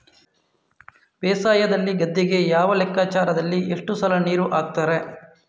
ಬೇಸಾಯದಲ್ಲಿ ಗದ್ದೆಗೆ ಯಾವ ಲೆಕ್ಕಾಚಾರದಲ್ಲಿ ಎಷ್ಟು ಸಲ ನೀರು ಹಾಕ್ತರೆ?